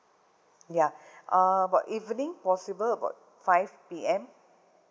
ya about evening possible about five P_M